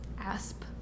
Asp